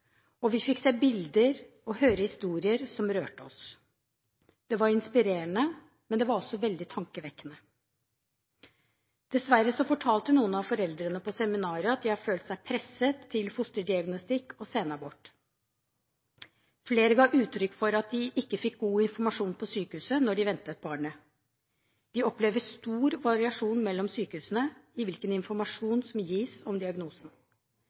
og vi fikk se bilder og høre historier som rørte oss. Det var inspirerende, men det var også veldig tankevekkende. Dessverre fortalte noen av foreldrene på seminaret at de har følt seg presset til fosterdiagnostikk og senabort. Flere ga uttrykk for at de ikke fikk god informasjon på sykehuset da de ventet barnet. De opplever stor variasjon mellom sykehusene i hvilken informasjon som gis om diagnosen.